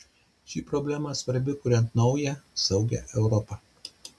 ši problema svarbi kuriant naują saugią europą